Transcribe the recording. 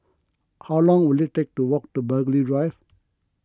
how long will it take to walk to Burghley Drive